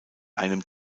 einem